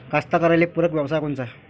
कास्तकाराइले पूरक व्यवसाय कोनचा?